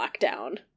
lockdown